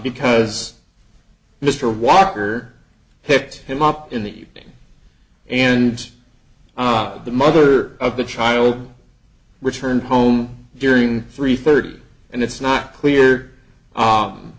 z mr walker picked him up in the evening and the mother of the child returned home during three thirty and it's not clear